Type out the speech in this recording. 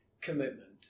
commitment